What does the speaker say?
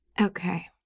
Okay